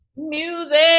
music